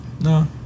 No